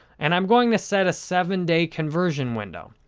and i'm going to set a seven day conversion window.